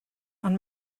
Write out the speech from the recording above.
ond